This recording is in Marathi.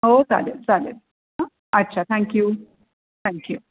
हो चालेल चालेल हां अच्छा थँक्यू थँक्यू